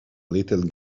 little